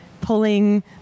pulling